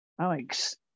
Alex